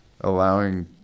allowing